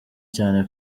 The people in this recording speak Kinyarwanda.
cyane